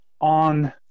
on –